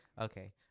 okay